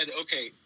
okay